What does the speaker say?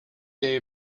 day